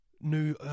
New